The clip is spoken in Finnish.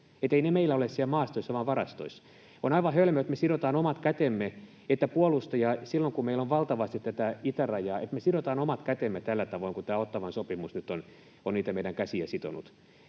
ne meillä ole siellä maastossa vaan varastoissa. On aivan hölmöä, että me sidotaan omat kätemme, että puolustaja, silloin kun meillä on valtavasti tätä itärajaa, sitoo omat kätensä tällä tavoin kuin tämä Ottawan sopimus nyt on meidän käsiämme sitonut.